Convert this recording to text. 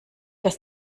dass